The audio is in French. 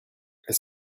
est